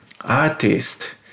artist